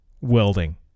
welding